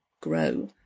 grow